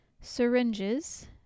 syringes